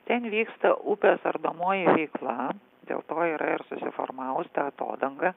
ten vyksta upės ardomoji veikla dėl to yra ir susiformavus ta atodanga